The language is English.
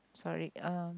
sorry uh